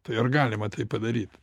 tai ar galima tai padaryt